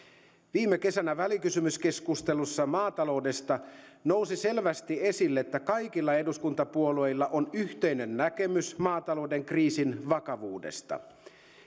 viime kesänä välikysymyskeskustelussa maataloudesta nousi selvästi esille että kaikilla eduskuntapuolueilla on yhteinen näkemys maatalouden kriisin vakavuudesta